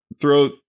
throw